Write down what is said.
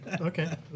Okay